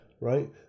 Right